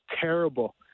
terrible